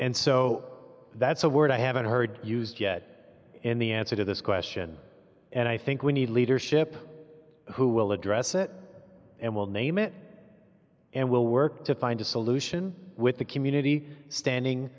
and so that's a word i haven't heard used yet in the answer to this question and i think we need leadership who will address that and will name it and we'll work to find a solution with the community standing